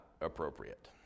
appropriate